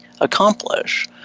accomplish